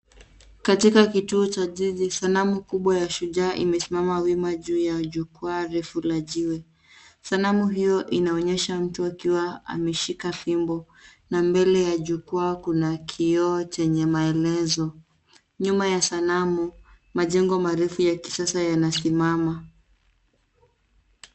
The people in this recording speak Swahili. Katika kituo cha jiji , sanamu kubwa ya shujaa imesimama wima juu ya jukwaa refu la jiwe. Sanamu hiyo inaonyesha mtu akiwa ameshika fimbo na mbele ya jukwaa kuna kioo chenye maelezo. Nyuma ya sanamu, majengo marefu ya kisasa yanasimama.